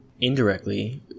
indirectly